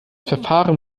verfahren